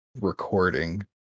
recording